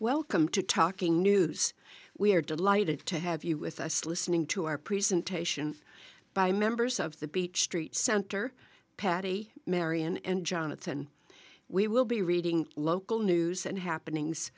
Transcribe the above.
welcome to talking news we're delighted to have you with us listening to our presentation by members of the beach street center patty marion and jonathan we will be reading local news and happenings